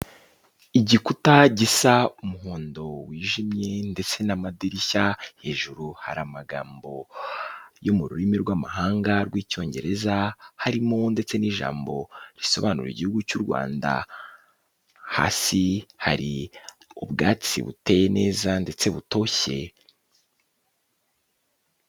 Igikuta gisa umuhondo wijimye ndetse n'amadirishya hejuru hari amagambo yo mu rurimi rw'amahanga rw'Icyongereza, harimo ndetse n'ijambo risobanura igihugu cy'u Rwanda, hasi hari ubwatsi buteye neza ndetse butoshye.